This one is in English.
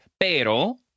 Pero